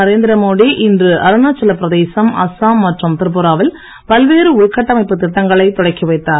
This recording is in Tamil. நரேந்திரமோடி இன்று அருணாச்சல பிரதேசம் அஸ்ஸாம் மற்றும் திரிபுராவில் பல்வேறு உள்கட்டமைப்புத் திட்டங்களை தொடக்கி வைத்தார்